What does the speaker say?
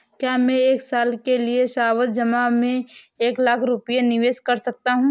क्या मैं एक साल के लिए सावधि जमा में एक लाख रुपये निवेश कर सकता हूँ?